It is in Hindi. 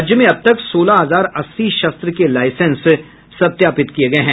राज्य में अब तक सोलह हजार अस्सी शस्त्र के लाईसेंस सत्यापित किये गये हैं